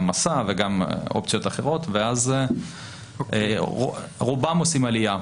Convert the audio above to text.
גם 'מסע' וגם אופציות אחרות ואז רובם עושים עלייה,